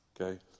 Okay